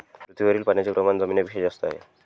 पृथ्वीवरील पाण्याचे प्रमाण जमिनीपेक्षा जास्त आहे